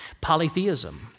polytheism